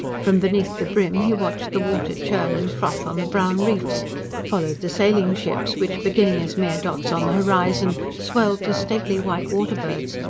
from beneath the brim he watched the water churn and froth on the brown reefs followed the sailing-ships which, beginning as mere dots on the horizon, swelled to stately white waterbirds,